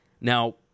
Now